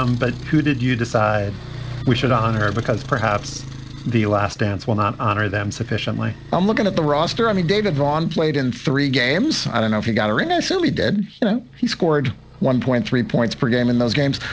um but who did you decide we should honor? because perhaps the last dance will not honor them sufficiently i'm looking at the roster. i mean, david vaughan played in three games. i don't know if he got arena so early. did you know he scored one point three points per game in those games?